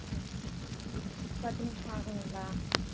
okay பத்து நிமிடம் ஆகுங்களா